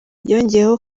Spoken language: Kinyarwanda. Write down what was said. yongeyeho